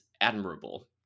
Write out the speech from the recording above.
admirable